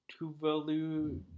Tuvalu